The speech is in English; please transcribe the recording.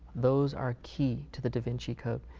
those are key to the da vinci code.